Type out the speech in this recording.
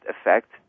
effect